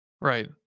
right